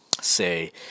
say